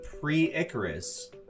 pre-icarus